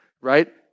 right